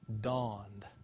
dawned